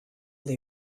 they